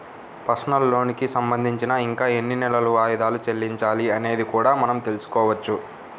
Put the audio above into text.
personal లోనుకి సంబంధించి ఇంకా ఎన్ని నెలలు వాయిదాలు చెల్లించాలి అనేది కూడా మనం తెల్సుకోవచ్చు